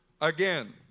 again